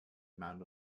amount